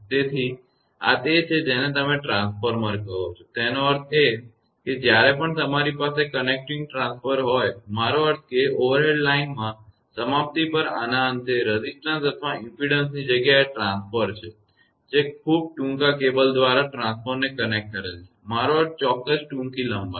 તેથી આ તે છે જેને તમે ટ્રાન્સફોર્મર કહો છો તેનો અર્થ એ કે જ્યારે પણ તમારી પાસે કનેક્ટિંગ ટ્રાન્સફોર્મર હોય મારો અર્થ એ છે કે ઓવરહેડ લાઇનમાં સમાપ્તિ પર આના અંતે રેઝિસ્ટન્સ અથવા ઇમપેડન્સની જગ્યાએ ટ્રાન્સફોર્મર છે જે ખૂબ ટૂંકા કેબલ દ્વારા ટ્રાન્સફોર્મરને કનેક્ટ કરે છે મારો અર્થ ચોક્કસ ટૂંકી લંબાઈ